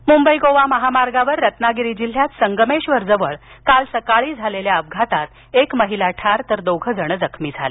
अपघात मुंबई गोवा महामार्गावर रत्नागिरी जिल्ह्यात संगमेश्वरजवळ काल सकाळी झालेल्या अपघातात एक महिला ठार तर दोघे जखमी झाले